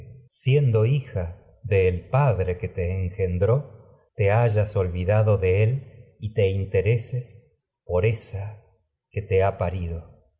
siendo hija del padre que tragedias de sofocles te engendró te hayas olvidado de él y te que intereses por que esa te ha parido